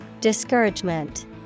Discouragement